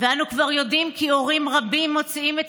ואנו כבר יודעים כי הורים רבים מוציאים את